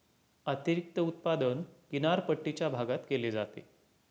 अतिरिक्त उत्पादन किनारपट्टीच्या भागात केले जाते